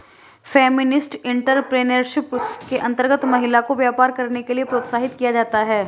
feminist entrepreneurship के अंतर्गत महिला को व्यापार करने के लिए प्रोत्साहित किया जाता है